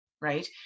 right